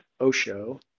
Osho